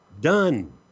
Done